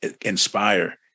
inspire